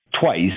twice